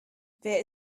wer